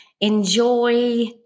enjoy